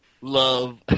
love